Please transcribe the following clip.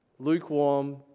lukewarm